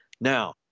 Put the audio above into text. Now